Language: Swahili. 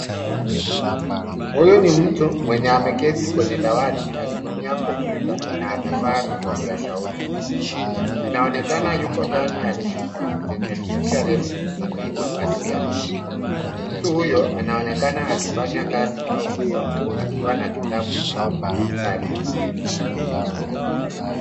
Huyu ni mtu mwenye ameketi kwenye dawati akitumia kompyuta na amevaa vipokea sauti. Inaonekana yuko ndani ya chumba chenye dirisha refu yenye mapazia. Mtu huyo anaonekana akifanya kazi au kusoma akiwa na kitabu au madaftari .